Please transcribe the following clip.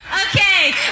Okay